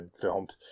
filmed